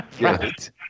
right